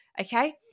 Okay